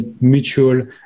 mutual